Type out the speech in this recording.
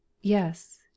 yes